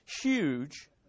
huge